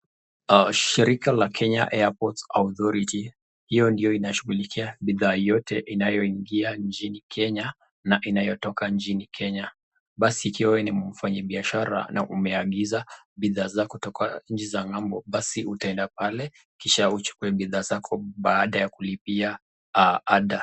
Shirika la Kenya Airports Authority, hiyo ndio inayoshughulikia bidhaa yote inayoingia nchini Kenya na inayo toka nchini Kenya. Basi ikiwa we ni mfanyi biashara na umeaguza bidhaa zako kutoka nchi za ng'ambo basi utaenda pale Kisha uchukue bidhaa zako baada ya kulipia ada.